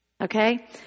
Okay